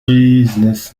business